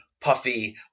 puffy